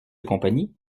compagnie